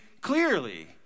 clearly